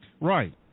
Right